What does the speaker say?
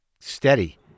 steady